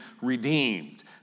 redeemed